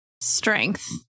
strength